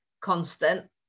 constant